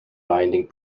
binding